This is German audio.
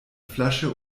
flasche